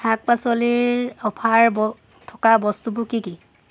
শাক পাচলিৰ অফাৰ থকা বস্তুবোৰ কি কি